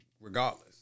regardless